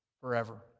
forever